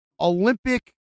Olympic